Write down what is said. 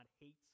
hates